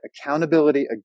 accountability